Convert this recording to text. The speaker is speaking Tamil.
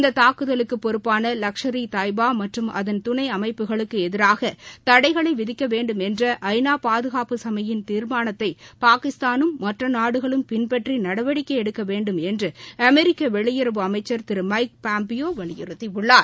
இந்த தூக்குதலுக்கு பொறப்பான லஷ்கள் ஈ தாய்பா மற்றும் அதன் துணை அமைப்புகளுக்கு எதிராக தடைகளை விதிக்க வேண்டும் என்ற ஐநா பாதுகாப்பு சபையின் தீர்மானத்தை பாகிஸ்தானும் மற்ற நாடுகளும் பின்பற்றி நடவடிக்கை எடுக்க வேண்டும் என்று அமெரிக்க வெளியுறவு அமைச்சள் திரு மைக் பாம்பியோ வலியுறுத்தியுள்ளார்